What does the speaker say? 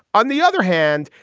on the other hand,